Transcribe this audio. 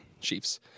Chiefs